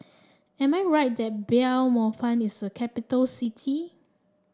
am I right that Belmopan is a capital city